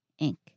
Inc